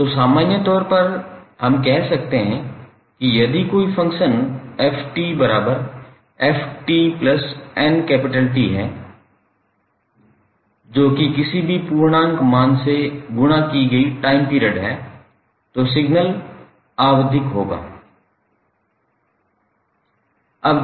तो सामान्य तौर पर हम कह सकते हैं कि यदि कोई फ़ंक्शन 𝑓𝑡𝑓𝑡𝑛𝑇 है जो कि किसी भी पूर्णांक मान से गुणा की गई टाइम पीरियड है तो सिग्नल आवधिक है